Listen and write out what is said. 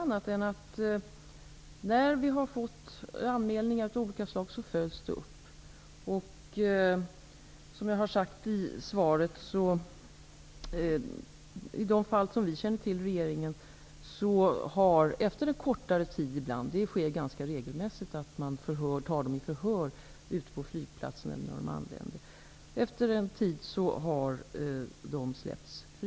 När vi har fått anmälningar av olika slag följs de upp. I de fall som regeringen känner till har de fängslade människorna släppts fria efter en tid, som jag har sagt i svaret. Det sker ganska regelmässigt att de tas i förhör på flygplatsen eller när de anländer.